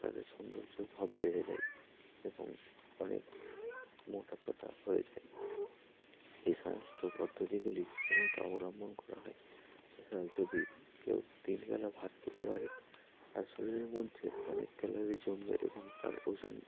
তাদের সৌন্দর্য্য ভাব বেড়ে যায় এবং অনেক মোটাসোটা হয়ে যায় এই সমস্ত পদ্ধতিগুলি সাধারণত অবলম্বন করা হয় তাছাড়া যদি কেউ তিন বেলা ভাত খেতে পারে তার শরীরের মধ্যে অনেক ক্যালোরি জমবে এবং তার ওজন